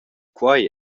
quei